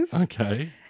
Okay